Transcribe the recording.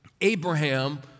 Abraham